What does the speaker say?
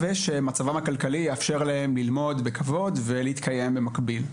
ושמצבם הכלכלי יאפשר להם ללמוד בכבוד ולהתקיים במקביל.